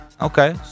Okay